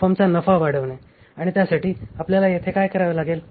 फर्मचा नफा वाढविणे आणि त्यासाठी आपल्याला येथे काय करावे लागेल